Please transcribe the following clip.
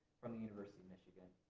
from the university of michigan.